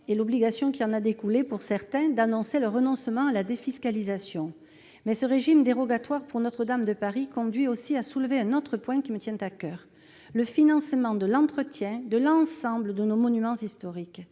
et l'obligation qui en est résultée pour certaines d'annoncer aussi leur renoncement à la défiscalisation. Ce régime dérogatoire pour Notre-Dame de Paris me conduit à soulever un autre point qui me tient à coeur : le financement de l'entretien de l'ensemble de nos monuments historiques.